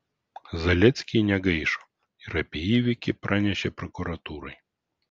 zaleckiai negaišo ir apie įvykį pranešė prokuratūrai